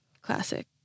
Classic